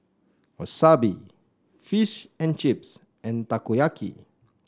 Wasabi Fish and Chips and Takoyaki